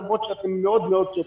למרות שאתם מאוד מאוד צודקים.